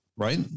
right